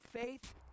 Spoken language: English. faith